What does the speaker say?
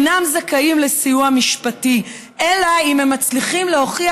הם אינם זכאים לסיוע משפטי אלא אם כן הם מצליחים להוכיח